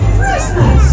Christmas